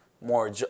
more